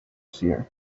seer